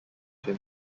him